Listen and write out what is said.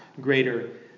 greater